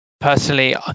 personally